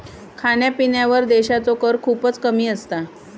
खाण्यापिण्यावर देशाचो कर खूपच कमी असता